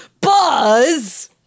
Buzz